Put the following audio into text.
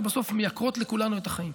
ובסוף מייקרות לכולנו את החיים.